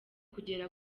kugera